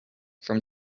from